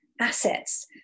assets